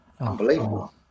Unbelievable